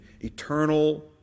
eternal